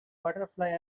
butterfly